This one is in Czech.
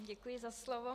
Děkuji za slovo.